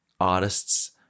artists